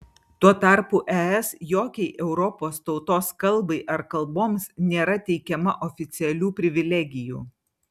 tuo tarpu es jokiai europos tautos kalbai ar kalboms nėra teikiama oficialių privilegijų